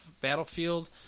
Battlefield